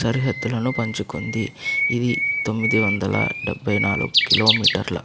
సరిహద్దులను పంచుకుంది ఇది తొమ్మిది వందల డెబ్భై నాలుగు కిలోమీటర్ల వద్